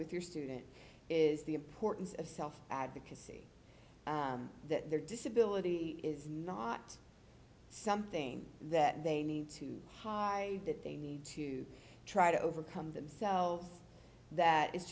with your students is the importance of self advocacy that their disability is not something that they need to high that they need to try to overcome themselves that i